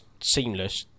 seamless